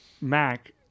mac